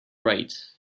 right